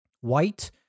white